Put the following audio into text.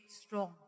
strong